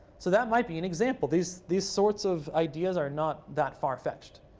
so that might be an example. these these sorts of ideas are not that far fetched.